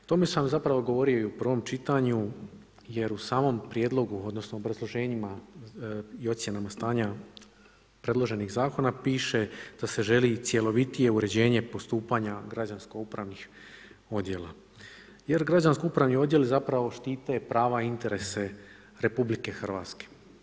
O tome sam zapravo govorio i u prvom čitanju jer u samom prijedlogu odnosno u obrazloženjima i ocjenama stanja predloženih zakona piše da se želi cjelovitije uređenje postupanja građansko-upravnih odjela jer građansko-upravni odjel zapravo štiti prava i interese RH.